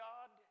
God